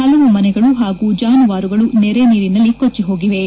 ಹಲವು ಮನೆಗಳು ಹಾಗೂ ಜಾನುವಾರುಗಳು ನೆರೆ ನೀರಿನಲ್ಲಿ ಕೊಳ್ಲ ಹೋಗಿವೆ